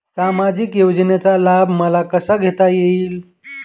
सामाजिक योजनेचा लाभ मला कसा घेता येईल?